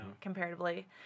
comparatively